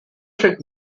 trick